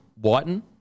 Whiten